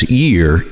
year